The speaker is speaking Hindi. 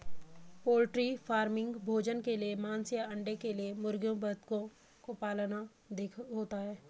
पोल्ट्री फार्मिंग भोजन के लिए मांस या अंडे के लिए मुर्गियों बतखों को पालना होता है